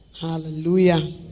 Hallelujah